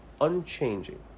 unchanging